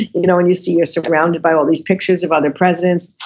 you know and you see you're surrounded by all these pictures of other presidents,